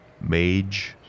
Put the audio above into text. mage